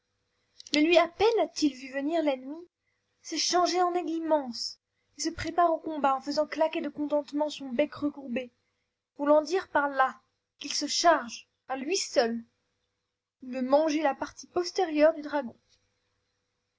mais lui à peine a-t-il vu venir l'ennemi s'est changé en aigle immense et se prépare au combat en faisant claquer de contentement son bec recourbé voulant dire par là qu'il se charge à lui seul de manger la partie postérieure du dragon